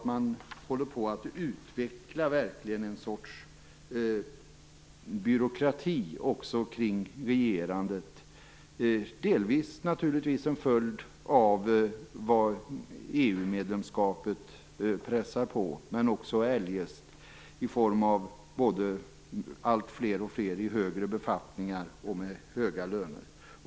Man håller på att utveckla en sorts byråkrati också kring regerandet. Det är naturligtvis delvis en följd av att EU-medlemskapet pressar på. Men det gäller även eljest i form av att det finns alltfler i högre befattningar och med höga löner.